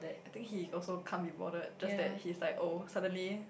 I think he also come with bored just that he's like oh suddenly